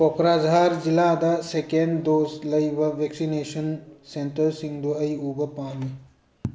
ꯀꯣꯀ꯭ꯔꯥꯖꯍꯥꯔ ꯖꯤꯜꯂꯗ second dose ꯂꯩꯕ vaccination ꯁꯦꯟꯇꯔꯁꯤꯡꯗꯨ ꯑꯩ ꯎꯕ ꯄꯥꯝꯏ